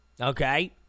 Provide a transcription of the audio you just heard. okay